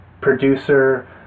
producer